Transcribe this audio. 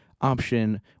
option